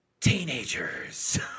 teenagers